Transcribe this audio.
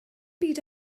byd